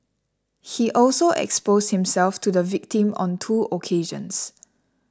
he also exposed himself to the victim on two occasions